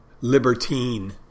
libertine